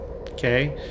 okay